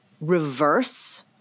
reverse